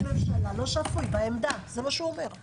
ראש ממשלה לא שפוי בעמדה, זה מה שהוא אומר.